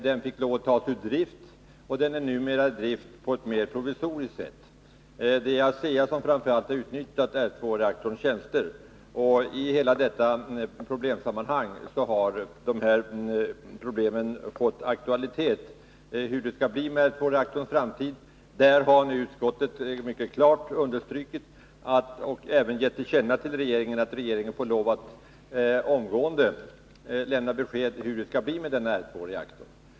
Den fick lov att tas ur drift men är numera åter i drift på ett mer provisoriskt sätt. Det är framför allt ASEA som har utnyttjat R 2-reaktorns tjänster. I hela detta sammanhang har dessa problem fått aktualitet. I fråga om hur det skall bli med R 2-reaktorns framtid har utskottet mycket klart understrukit och ger även regeringen till känna att regeringen får lov att omgående lämna besked om detta.